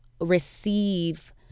receive